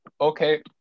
okay